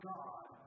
God